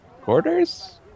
quarters